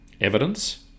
evidence